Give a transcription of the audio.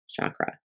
chakra